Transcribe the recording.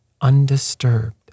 undisturbed